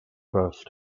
first